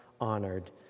honored